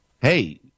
Hey